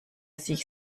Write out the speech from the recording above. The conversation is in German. sich